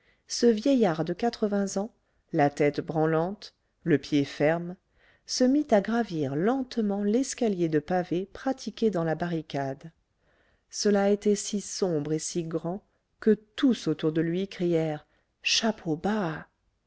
ce vieillard de quatre-vingts ans la tête branlante le pied ferme se mit à gravir lentement l'escalier de pavés pratiqué dans la barricade cela était si sombre et si grand que tous autour de lui crièrent chapeau bas